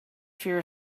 fear